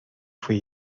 fui